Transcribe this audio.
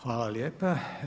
Hvala lijepa.